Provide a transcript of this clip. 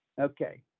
Okay